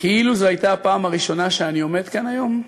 כאילו זו הייתה הפעם הראשונה שאני עומד כאן היום,